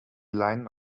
line